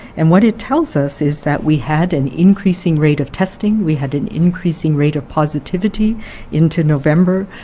and what it tells us is that we had an increasing rate of testing, we had an increasing rate of positivity into november,